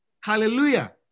Hallelujah